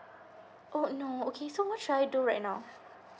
oh no okay so what should I do right now